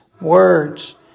words